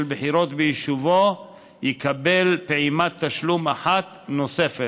בחירות ביישובו יקבל פעימת תשלום אחת נוספת.